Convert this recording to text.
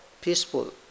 peaceful